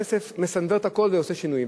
הכסף מסנוור את הכול ועושה שינויים.